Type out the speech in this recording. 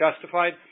justified